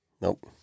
Nope